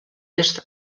est